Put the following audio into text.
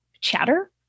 chatter